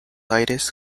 aires